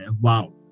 Wow